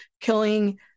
killing